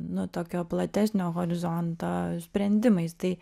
nu tokio platesnio horizonto sprendimais tai